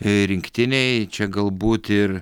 rinktinei čia galbūt ir